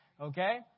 okay